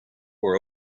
were